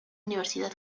universidad